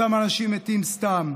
אותם אנשים מתים סתם.